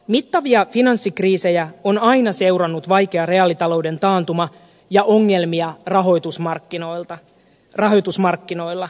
mittavia finanssikriisejä on aina seurannut vaikea reaalitalouden taantuma ja ongelmia rahoitusmarkkinoilla